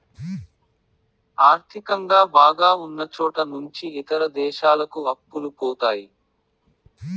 ఆర్థికంగా బాగా ఉన్నచోట నుంచి ఇతర దేశాలకు అప్పులు పోతాయి